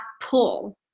pull